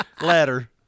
ladder